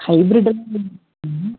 ஹைபிரிட்டன் ம்